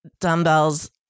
dumbbells